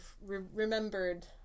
remembered